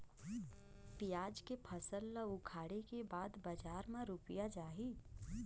पियाज के फसल ला उखाड़े के बाद बजार मा रुपिया जाही?